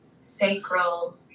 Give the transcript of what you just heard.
sacral